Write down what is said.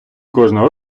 кожного